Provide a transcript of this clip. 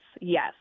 yes